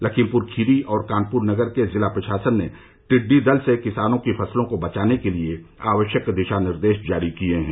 लखीमपुर खीरी और कानपुर नगर के जिला प्रशासन ने टिड्डी दल से किसानों की फसलों को बचाने के लिए आवश्यक दिशा निर्देश जारी किए हैं